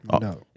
no